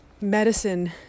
medicine